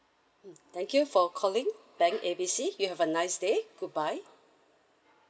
mm thank you for calling bank A B C you have a nice day goodbye